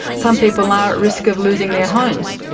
some people are at risk of losing their homes?